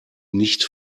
nicht